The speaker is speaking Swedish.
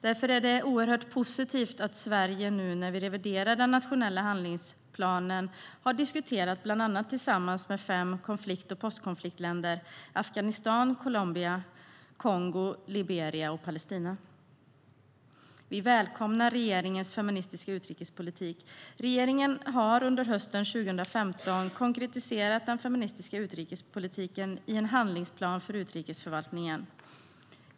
Därför är det positivt att Sverige, när vi nu reviderar den nationella handlingsplanen, har diskuterat tillsammans med bland andra fem konflikt och postkonfliktländer - Afghanistan, Colombia, Kongo, Liberia och Palestina. Vi välkomnar regeringens feministiska utrikespolitik. Regeringen har under hösten 2015 konkretiserat den feministiska utrikespolitiken i en handlingsplan för utrikesförvaltningen.